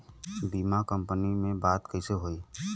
बीमा कंपनी में बात कइसे होई?